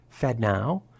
FedNow